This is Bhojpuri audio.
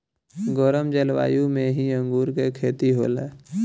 गरम जलवायु में ही अंगूर के खेती होला